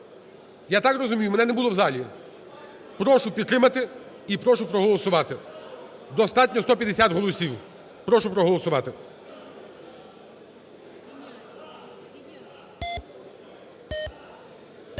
Я так розумію? Мене не було в залі. Прошу підтримати і прошу проголосувати, достатньо 150 голосів. Прошу проголосувати.